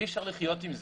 אי אפשר לחיות עם זה.